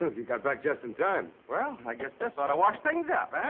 you got back just in time. well, i guess that sort of washed things up, ah?